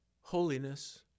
holiness